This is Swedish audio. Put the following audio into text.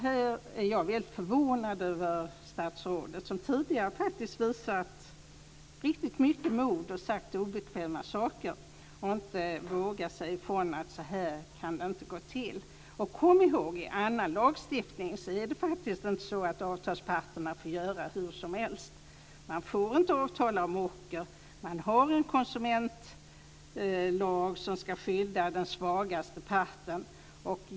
Här är jag väldigt förvånad över statsrådet, som tidigare faktiskt visat riktigt mycket mod och sagt obekväma saker, inte vågar säga ifrån att så här kan det inte gå till. Kom i håg att i annan lagstiftning är det faktiskt inte så att avtalsparterna får göra hur som helst. Vi har en konsumentlag som ska skydda den svagaste parten.